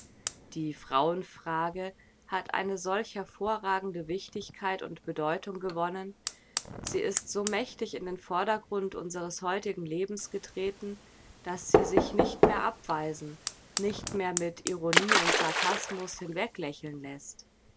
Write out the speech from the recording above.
die frauenfrage hat eine solch hervorragende wichtigkeit und bedeutung gewonnen sie ist so mächtig in den vordergrund unseres heutigen lebens getreten daß sie sich nicht mehr abweisen nicht mehr mit ironie und sarkasmus hinweglächeln läßt